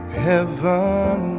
heaven